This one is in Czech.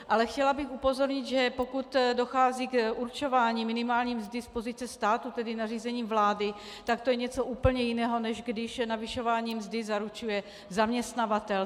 Ale chtěla bych upozornit, že pokud dochází k určování minimální mzdy z pozice státu, tedy nařízením vlády, tak to je něco úplně jiného, než když navyšování mzdy zaručuje zaměstnavatel.